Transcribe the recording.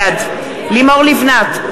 בעד לימור לבנת,